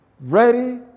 ready